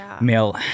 male